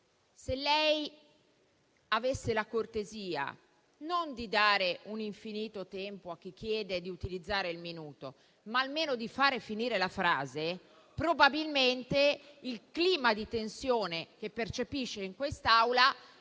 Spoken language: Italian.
se lei avesse la cortesia non di dare un infinito tempo a chi chiede di utilizzare il minuto, ma almeno di far finire la frase, probabilmente il clima di tensione che si percepisce in quest'Aula